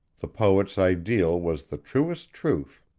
the poet's ideal was the truest truth.